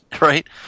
right